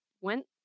went